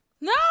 No